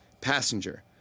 Passenger